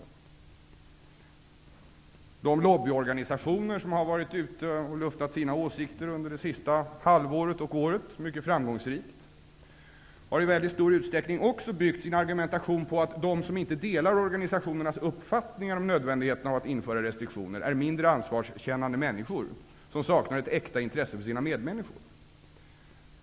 Också de lobbyorganisationer som under det senaste halvåret och året har varit ute och luftat sina åsikter, och med stor framgång, har i väldigt stor utsträckning byggt sin argumentation på att de som inte delar organisationernas uppfattningar om nödvändigheten av att införa restriktioner är mindre ansvarskännande människor, som saknar ett äkta intresse för sina medmänniskor.